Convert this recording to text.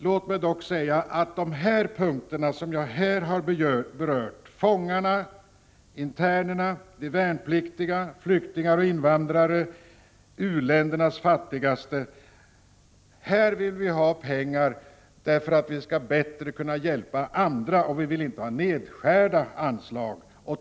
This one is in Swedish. Låt mig dock säga att när det gäller dem som jag här har berört — de sjuka, internerna, de värnpliktiga, flyktingarna och invandrarna, u-ländernas fattigaste — vill vi ha pengar för att bättre kunna hjälpa dem. Vi vill inte att anslagen skall skäras ner.